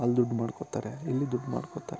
ಅಲ್ಲಿ ದುಡ್ಡು ಮಾಡ್ಕೋತಾರೆ ಇಲ್ಲಿ ದುಡ್ಡು ಮಾಡ್ಕೋತಾರೆ